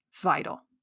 vital